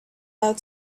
out